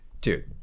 Dude